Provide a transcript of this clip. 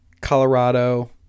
Colorado